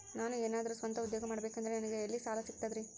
ನಾನು ಏನಾದರೂ ಸ್ವಂತ ಉದ್ಯೋಗ ಮಾಡಬೇಕಂದರೆ ನನಗ ಸಾಲ ಎಲ್ಲಿ ಸಿಗ್ತದರಿ?